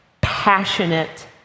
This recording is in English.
passionate